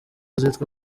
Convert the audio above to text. zitwa